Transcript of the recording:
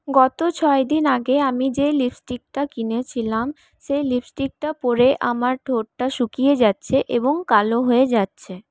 গত ছয় দিন আগে আমি যেই লিপস্টিকটা কিনেছিলাম সেই লিপস্টিকটা পরে আমার ঠোঁটটা শুকিয়ে যাচ্ছে এবং কালো হয়ে যাচ্ছে